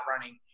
running